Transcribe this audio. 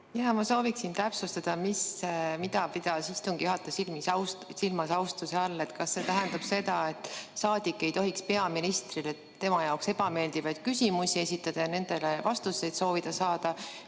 Ma soovin täpsustada, mida pidas istungi juhataja silmas austuse all. Kas see tähendab seda, et saadik ei tohiks peaministrile tema jaoks ebameeldivaid küsimusi esitada ja soovida nendele vastuseid saada?